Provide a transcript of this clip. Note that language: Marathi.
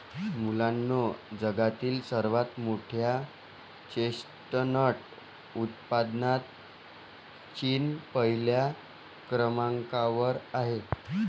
मुलांनो जगातील सर्वात मोठ्या चेस्टनट उत्पादनात चीन पहिल्या क्रमांकावर आहे